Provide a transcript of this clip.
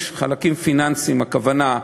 יש חלקים פיננסיים, הכוונה,